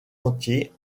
entier